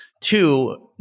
Two